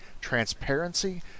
transparency